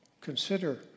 Consider